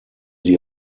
sie